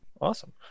Awesome